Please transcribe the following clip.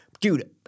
dude